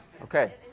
Okay